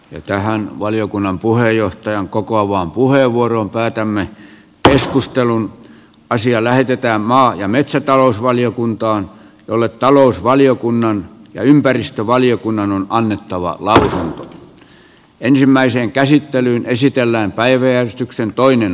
jo tähän valiokunnan puheenjohtajan kokoavan puheenvuoron päätämme keskustelun asia lähetetään maa ja metsätalousvaliokuntaan jolle talousvaliokunnan ja ympäristövaliokunnan on annettava lahja saa me jäykistämme asiaa ylimitoitetulla suojelulla